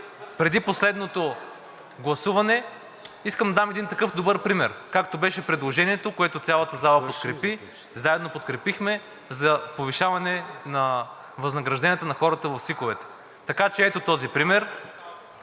преди последното гласуване, искам да дам един такъв добър пример, както беше предложението, което цялата зала подкрепи, заедно подкрепихме за повишаване на възнагражденията на хората в СИК-овете. Така че, ето този пример